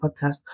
podcast